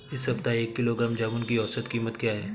इस सप्ताह एक किलोग्राम जामुन की औसत कीमत क्या है?